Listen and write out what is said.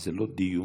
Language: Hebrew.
זה לא דיון,